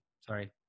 Sorry